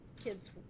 kids